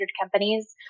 companies